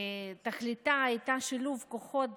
שתכליתה הייתה שילוב כוחות